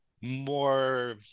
more